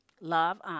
Love